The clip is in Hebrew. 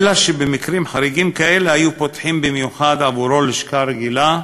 אך במקרים חריגים כאלה היו פותחים עבורו במיוחד לשכה רגילה,